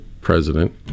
president